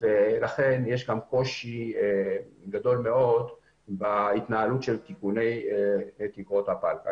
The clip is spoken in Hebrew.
לכן יש קושי גדול בהתנהלות של תיקוני תקרות הפלקל.